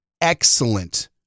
excellent